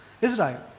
Israel